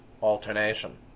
alternation